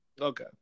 Okay